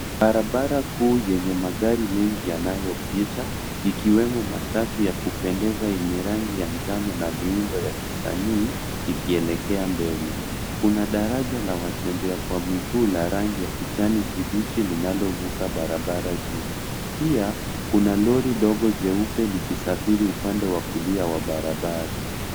Barabara kuu yenye magari mengi yanayopita, ikiwemo matatu ya kupendeza yenye rangi ya njano na ya miundo ya kisanii ikielekea mbele. Kuna daraja la watembea kwa miguu la rangi ya kijani kibichi linalovuka barabra juu. Pia, kuna lori dogo jeupe likisafiri upande wa kulia wa barabara.